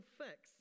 fix